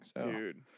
Dude